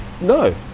No